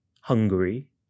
Hungary